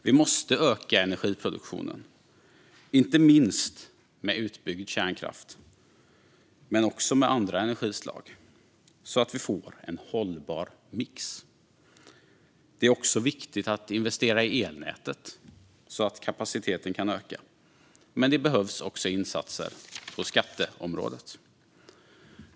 Vi måste öka energiproduktionen, inte minst med utbyggd kärnkraft men också med andra energislag så att vi får en hållbar mix. Det är också viktigt att investera i elnätet så att kapaciteten kan öka. Men det behövs också insatser på skatteområdet.